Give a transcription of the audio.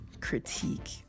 critique